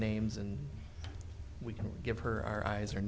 names and we can give her our eyes